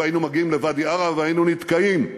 והיינו מגיעים לוואדי-עארה והיינו נתקעים,